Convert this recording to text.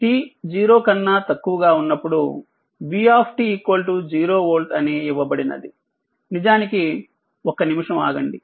t 0 కన్నా తక్కువగా ఉన్నప్పుడు v 0వోల్ట్ అని ఇవ్వబడినదినిజానికిఒక్క నిమిషం ఆగండి